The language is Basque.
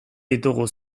ditugu